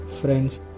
friends